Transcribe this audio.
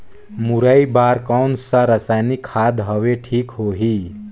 मुरई बार कोन सा रसायनिक खाद हवे ठीक होही?